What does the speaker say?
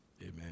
Amen